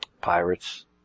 pirates